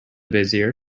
bezier